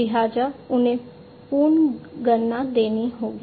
लिहाजा उन्हें पुनर्गणना देनी होगी